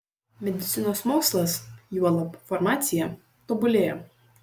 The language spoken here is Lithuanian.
medicinos mokslas juolab farmacija tobulėja